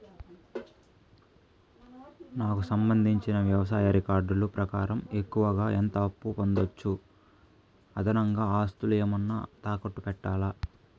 నాకు సంబంధించిన వ్యవసాయ రికార్డులు ప్రకారం ఎక్కువగా ఎంత అప్పు పొందొచ్చు, అదనంగా ఆస్తులు ఏమన్నా తాకట్టు పెట్టాలా?